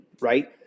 right